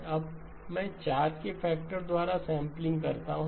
अब मैं 4 के फैक्टर द्वारा सैंपलिंग करता हूं